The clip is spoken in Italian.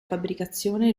fabbricazione